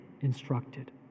instructed